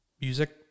Music